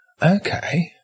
Okay